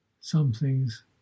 something's